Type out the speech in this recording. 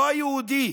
לא היהודי,